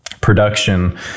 production